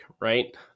right